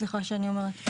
סליחה שאני אומרת.